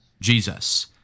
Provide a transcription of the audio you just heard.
Jesus